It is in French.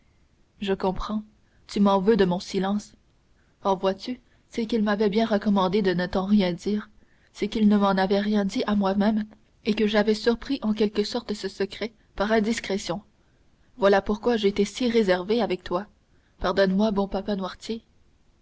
je comprends tu m'en veux de mon silence oh vois-tu c'est qu'ils m'avaient bien recommandé de ne t'en rien dire c'est qu'ils ne m'en avaient rien dit à moi-même et que j'avais surpris en quelque sorte ce secret par indiscrétion voilà pourquoi j'ai été si réservée avec toi pardonne-moi bon papa noirtier